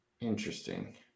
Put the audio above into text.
Interesting